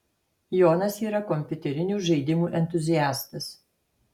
jonas yra kompiuterinių žaidimų entuziastas